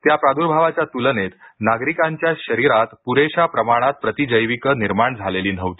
त्या प्रादुर्भावाच्या तुलनेत नागरिकांच्या शरीरात पुरेशा प्रमाणात प्रतिजैविक निर्माण झालेली नव्हती